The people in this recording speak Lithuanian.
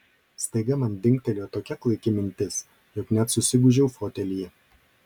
staiga man dingtelėjo tokia klaiki mintis jog net susigūžiau fotelyje